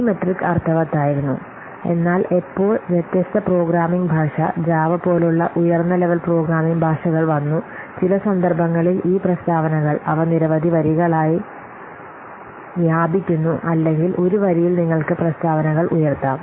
ഈ മെട്രിക് അർത്ഥവത്തായിരുന്നു എന്നാൽ എപ്പോൾ വ്യത്യസ്ത പ്രോഗ്രാമിംഗ് ഭാഷ ജാവ പോലുള്ള ഉയർന്ന ലെവൽ പ്രോഗ്രാമിംഗ് ഭാഷകൾ വന്നു ചില സന്ദർഭങ്ങളിൽ ഈ പ്രസ്താവനകൾ അവ നിരവധി വരികളിലായി വ്യാപിക്കുന്നു അല്ലെങ്കിൽ ഒരു വരിയിൽ നിങ്ങൾക്ക് പ്രസ്താവനകൾ ഉയർത്താം